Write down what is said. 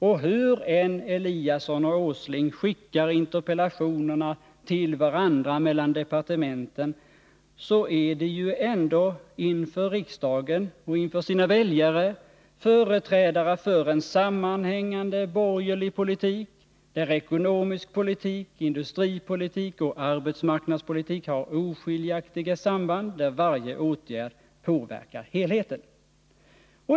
Och hur än Ingemar Eliasson och Nils Åsling skickar interpellationerna till varandra mellan departementen, så är de ju ändå inför riksdagen och inför sina väljare företrädare för en sammanhängande borgerlig politik, där ekonomisk politik, industripolitik och arbetsmarknadspolitik har oskiljaktiga samband, där varje åtgärd påverkar helheten.